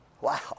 Wow